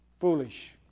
foolish